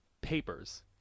papers